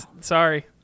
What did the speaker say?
Sorry